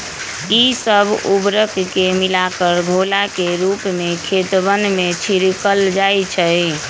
ई सब उर्वरक के मिलाकर घोला के रूप में खेतवन में छिड़कल जाहई